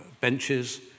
benches